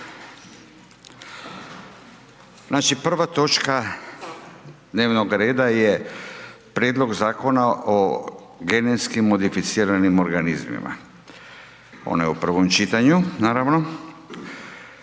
Znači prva točka dnevnog reda je: - Prijedlog Zakona o genetski modificiranim organizmima, prvo čitanje, P.Z.E.